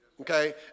okay